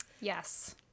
Yes